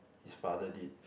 his father did